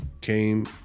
came